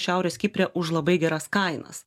šiaurės kipre už labai geras kainas